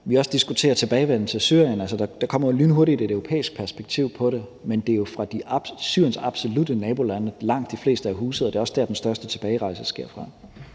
vi diskuterer en tilbagevenden til Syrien, kommer der jo også lynhurtigt et europæisk perspektiv på det. Men det er jo i Syriens absolutte nabolande, langt de fleste er huset, og det er også derfra, den største tilbagerejse sker.